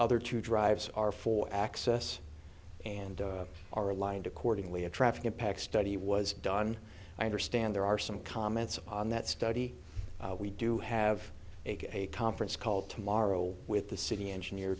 other two drives are for access and are aligned accordingly a traffic impact study was done i understand there are some comments on that study we do have a conference call tomorrow with the city engineer